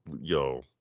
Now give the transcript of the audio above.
yo